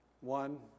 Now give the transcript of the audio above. One